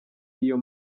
iyo